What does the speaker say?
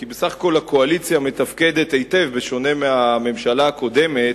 כי בסך הכול הקואליציה מתפקדת היטב בשונה מהממשלה הקודמת,